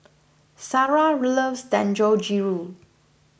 Shara loves Dangojiru